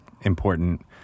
important